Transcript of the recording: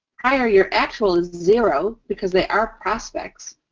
prior year actual is zero because they are prospects.